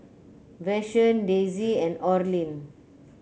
Vashon Daisey and Orlin